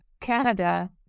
Canada